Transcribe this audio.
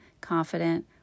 confident